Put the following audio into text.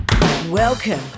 Welcome